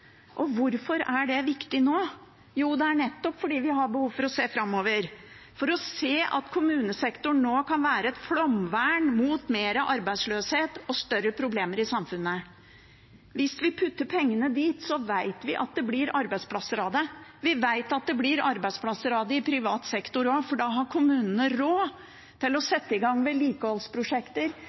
Hvorfor er det viktig nå? Jo, det er nettopp fordi vi har behov for å se framover, for å se at kommunesektoren nå kan være et flomvern mot mer arbeidsløshet og større problemer i samfunnet. Hvis vi putter pengene der, vet vi at det blir arbeidsplasser av det. Vi vet at det blir arbeidsplasser av det i privat sektor også, for da har kommunene råd til å sette i gang vedlikeholdsprosjekter.